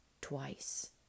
twice